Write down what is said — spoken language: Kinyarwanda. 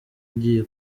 ugiye